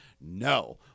no